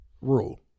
rule